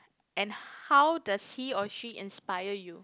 and how does he or she inspire you